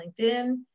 LinkedIn